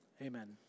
Amen